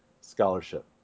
scholarship